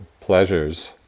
pleasures